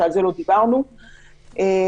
שעל זה לא דיברנו -- תודה רבה.